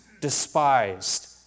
despised